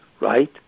right